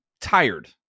tired